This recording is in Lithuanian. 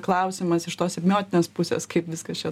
klausimas iš tos semiotinės pusės kaip viskas čia